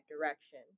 direction